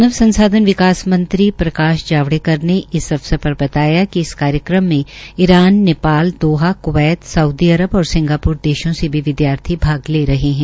मानव संसाध्न विकास मंत्री प्रकाश जावड़ेकर ने इस अवसर पर बताया कि इस कार्यक्रम में Iran Nepal Doha Kuwait Saudi Arab और सिंगाप्र देशों से भी विद्यार्थी भाग ले रहे है